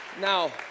Now